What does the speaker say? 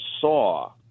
saw